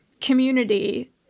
community